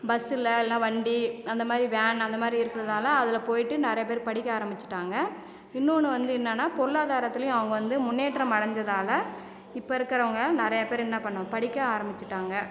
பஸ்ஸில் இல்லைனா வண்டி அந்த மாதிரி வேன் அந்த மாதிரி இருக்கிறதால அதில் போயிவிட்டு நிறையா பேர் படிக்க ஆரம்பிச்சிவிட்டாங்க இன்னொன்று வந்து என்னான்னா பொருளாதாரத்துலயும் அவங்க வந்து முன்னேற்றம் அடைஞ்சதால இப்போ இருக்கறவங்க நிறையா பேர் என்ன பண்ணும் படிக்க ஆரம்பிசிவிட்டாங்க